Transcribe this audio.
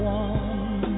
one